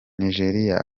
nigeriya